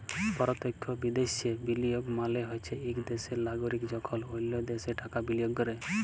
পরতখ্য বিদ্যাশে বিলিয়গ মালে হছে ইক দ্যাশের লাগরিক যখল অল্য দ্যাশে টাকা বিলিয়গ ক্যরে